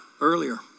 earlier